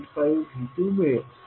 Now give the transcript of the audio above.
85V2मिळेल